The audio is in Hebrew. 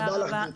תודה רבה.